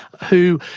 who,